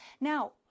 Now